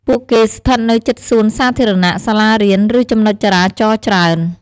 ពួកគេស្ថិតនៅជិតសួនសាធារណៈ សាលារៀន ឬចំណុចចរាចរណ៍ច្រើន។